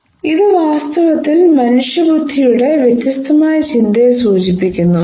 ഇത് വാസ്തവത്തിൽ മനുഷ്യന്റെ ബുദ്ധിയുടെ വ്യത്യസ്തമായ ചിന്തയെ സൂചിപ്പിക്കുന്നു